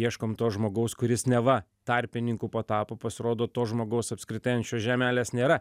ieškom to žmogaus kuris neva tarpininku patapo pasirodo to žmogaus apskritai ant šios žemelės nėra